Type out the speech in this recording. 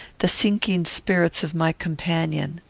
the sinking spirits of my companion.